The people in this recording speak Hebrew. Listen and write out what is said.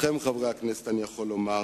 לכם, חברי הכנסת, אני יכול לומר